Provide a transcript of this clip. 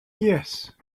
yes